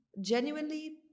genuinely